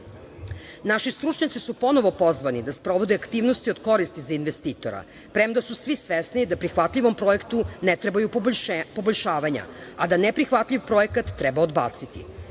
stručnjaci su ponovo pozvani da sprovode aktivnosti od koristi za investitora, premda su svi svesni da prihvatljivom projektu ne trebaju poboljšavanja, a da neprihvatljiv projekat treba odbaciti.